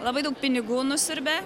labai daug pinigų nusiurbia